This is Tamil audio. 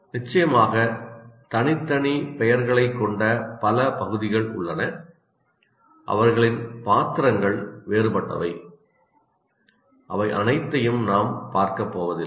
நிச்சயமாக தனித்தனி பெயர்களைக் கொண்ட பல பகுதிகள் உள்ளன அவர்களின் பாத்திரங்கள் வேறுபட்டவை அவை அனைத்தையும் நாம் பார்க்கப்போவதில்லை